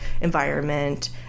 environment